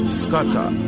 scatter